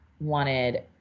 wanted